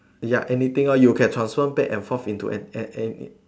ya anything lor you can transform back and forth into an any